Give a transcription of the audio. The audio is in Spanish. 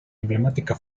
emblemática